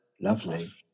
Lovely